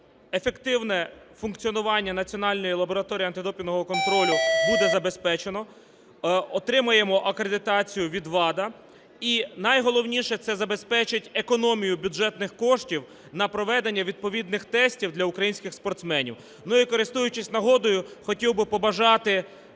ефективне функціонування Національної лабораторії антидопінгового контролю буде забезпечено, отримаємо акредитацію від ВАДА. І найголовніше – це забезпечить економію бюджетних коштів на проведення відповідних тестів для українських спортсменів. І, користуючись нагодою, хотів би побажати